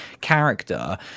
character